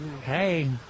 Hey